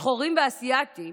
שחורים ואסיאתיים